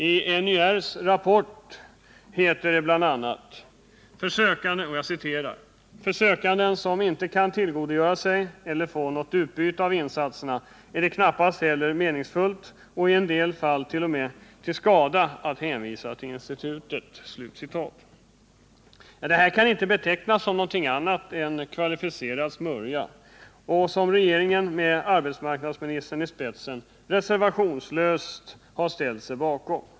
I NYR:s rapport heter det bl.a.: ”För sökande som inte kan tillgodogöra sig eller få något utbyte av insatserna är det knappast heller meningsfullt och i en del fall t.o.m. till skada att hänvisa till institutet.” Detta kan inte betecknas såsom någonting annat än en kvalificerad smörja, som regeringen med arbetsmarknadsministern i spetsen reservationslöst har ställt sig bakom.